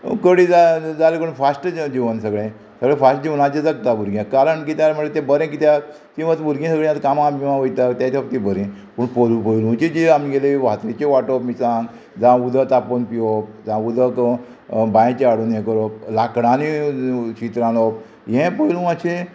कडी जाय जाले कोण फास्ट जिवन सगळें सगळें फास्ट जिवनाचेर जगता भुरगे कारण किद्या म्हळ्यार तें बरें कित्याक तीं मात भुरगीं सगळीं आतां कामाक बिमाक वयता तेज तीं बरीं पूण पयलू पयलुंची जी आमगेली वांटणेची वांटप मिरसांग जावं उदक तापोवन पिवप जावं उदक बांयचें हाडून हें करप लांकडांनी शीत रांदप हें पयलू अशें